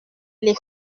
les